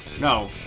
no